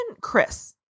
Chris